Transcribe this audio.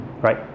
right